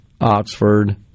Oxford